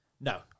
No